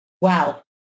wow